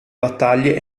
battaglie